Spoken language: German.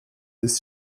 des